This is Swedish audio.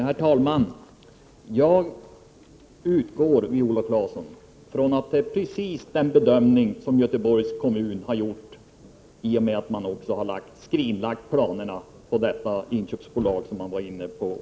Herr talman! Jag utgår från, Viola Claesson, att det är precis den bedömning som Göteborgs kommun har gjort i och med att man också har skrinlagt planerna på det inköpsbolag som man planerade.